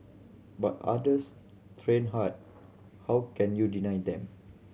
but others train hard how can you deny them